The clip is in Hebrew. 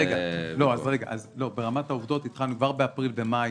לא, אז ברמת העובדות כבר באפריל ומאי